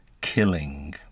killing